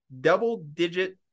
double-digit